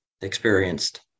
experienced